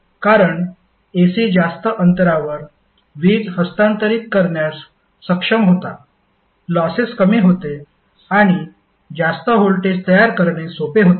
कारण AC जास्त अंतरावर वीज हस्तांतरित करण्यास सक्षम होता लॉसेस कमी होते आणि जास्त व्होल्टेज तयार करणे सोपे होते